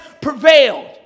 prevailed